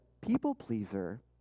people-pleaser